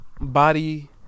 body